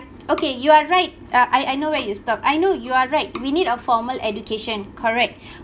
okay you are right uh I I know where you stop I know you are right we need a formal education correct